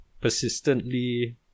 persistently